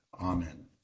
Amen